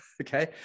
Okay